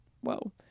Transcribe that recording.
whoa